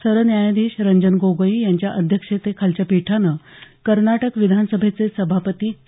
सरन्यायाधीश रंजन गोगोई यांच्या अध्यक्षतेखालच्या पीठानं कर्नाटक विधानसभेचे सभापती के